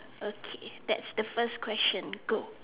okay that's the first question go